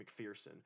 McPherson